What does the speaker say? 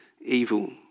evil